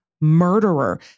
murderer